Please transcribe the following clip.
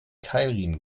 keilriemen